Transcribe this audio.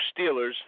Steelers